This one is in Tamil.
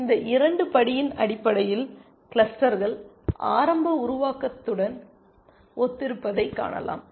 எனவே இந்த இரண்டு படியின் அடிப்படையில் கிளஸ்டர்கள் ஆரம்ப உருவாக்கத்துடன் ஒத்திருப்பதைக் காணலாம்